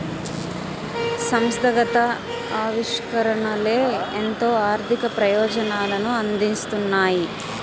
సంస్థాగత ఆవిష్కరణలే ఎంతో ఆర్థిక ప్రయోజనాలను అందిస్తున్నాయి